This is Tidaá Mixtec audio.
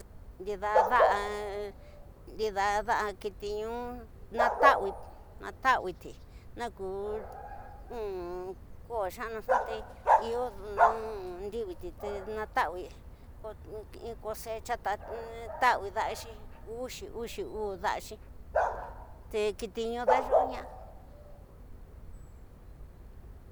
Ndida da'a kiti ñu, na ta'awiti naku ni koo nxaní te iyo ndawi ti te natawisi ko in kostiya, tanawi daraxi, uki, uxi uú da'axi te kiti ñu dayu'uña